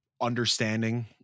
understanding